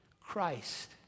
Christ